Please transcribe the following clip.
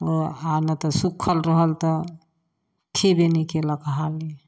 ओ हालत सूख्खल रहल तऽ खेबे नहि कयलक हाली